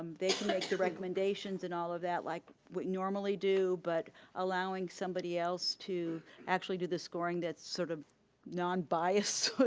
um they can make the recommendations and all of that like we normally do but allowing somebody else to actually do the scoring, that's sort of non-biased.